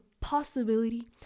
possibility